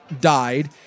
died